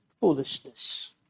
foolishness